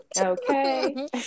okay